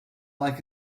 like